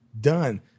Done